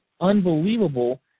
unbelievable